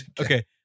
Okay